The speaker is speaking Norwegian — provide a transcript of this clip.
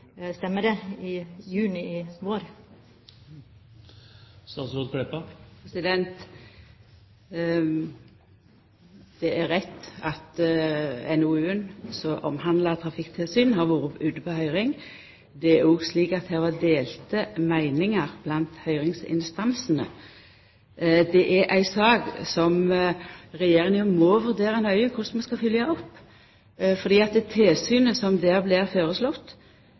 stemmer det? Det er rett at NOU-en som omhandlar trafikktilsyn, har vore ute på høyring. Det er òg slik at det er delte meiningar blant høyringsinstansane. Dette er ei sak som Regjeringa må vurdera nøye korleis vi skal følgja opp, fordi tilsynet som der vart føreslått,